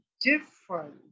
different